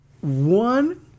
One